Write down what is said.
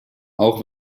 auch